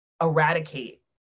Eradicate